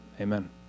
amen